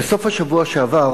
בסוף השבוע שעבר